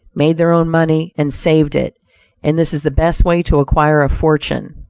made their own money and saved it and this is the best way to acquire a fortune.